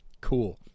cool